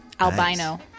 Albino